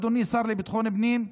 אדוני השר לביטחון הפנים,